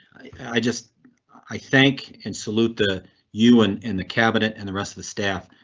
i just i thank and salute the you and in the cabinet and the rest of the staff.